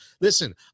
Listen